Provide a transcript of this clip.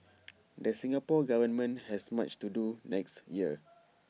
the Singapore Government has much to do next year